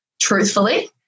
truthfully